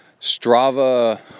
Strava